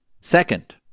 Second